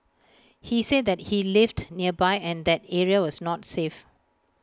he said that he lived nearby and that area was not safe